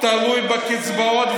תלוי בקצבאות,